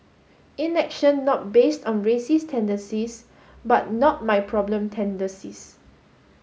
inaction not based on racist tendencies but not my problem tendencies